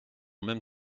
même